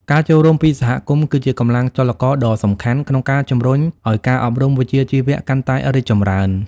ការចូលរួមពីសហគមន៍គឺជាកម្លាំងចលករដ៏សំខាន់ក្នុងការជំរុញឱ្យការអប់រំវិជ្ជាជីវៈកាន់តែរីកចម្រើន។